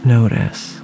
Notice